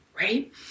right